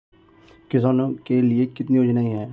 किसानों के लिए कितनी योजनाएं हैं?